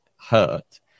hurt